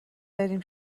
بریم